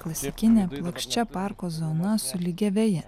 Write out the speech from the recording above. klasikinė plokščia parko zona su lygia veja